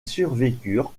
survécurent